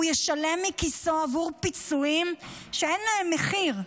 והוא ישלם מכיסו עבור פיצויים שאין להם מחיר,